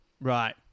right